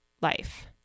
life